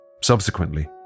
subsequently